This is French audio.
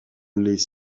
les